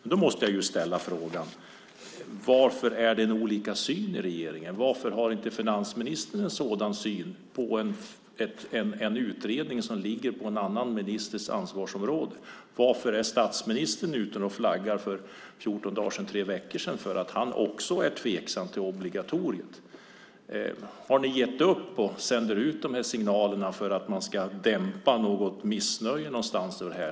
Jag måste dock fråga varför det är olika syn i regeringen. Varför har inte finansministern samma syn på en utredning som ligger på en annan ministers ansvarsområde? Och varför var statsministern för 14 dagar eller tre veckor sedan ute och flaggade för att också han är tveksam till obligatoriet? Har ni gett upp och därför sänder ut de här signalerna för att dämpa ett missnöje någonstans?